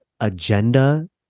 agenda